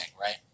right